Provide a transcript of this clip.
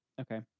Okay